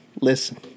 listen